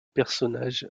personnage